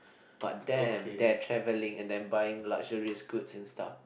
but them their travelling and then buying luxurious goods and stuff